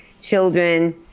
children